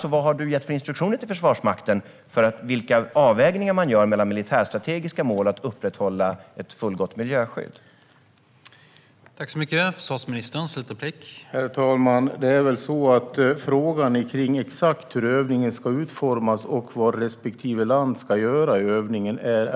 Vad har försvarsministern gett för instruktioner till Försvarsmakten gällande vilka avvägningar som ska göras mellan militärstrategiska mål och upprätthållandet av ett fullgott miljöskydd?